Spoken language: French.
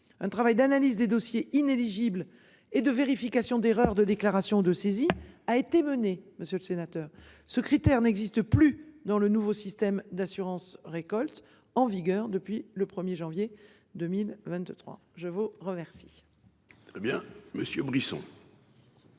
Un travail d'analyse des dossiers inéligible et de vérification d'erreur de déclaration de saisie a été menée. Monsieur le sénateur, ce critère n'existe plus dans le nouveau système d'assurance-récolte en vigueur depuis le 1er janvier 2023. Je vous remercie.